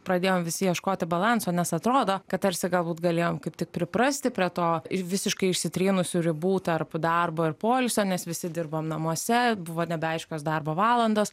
pradėjom visi ieškoti balanso nes atrodo kad tarsi galbūt galėjom kaip tik priprasti prie to ir visiškai išsitrynusių ribų tarp darbo ir poilsio nes visi dirbom namuose buvo nebeaiškios darbo valandos